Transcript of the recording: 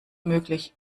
möglich